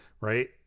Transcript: right